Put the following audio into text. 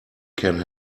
can